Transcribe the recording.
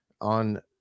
on